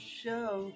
show